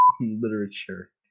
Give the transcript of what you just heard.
Literature